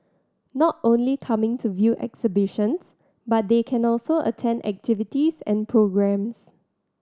not only coming to view exhibitions but they can also attend activities and programmes